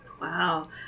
Wow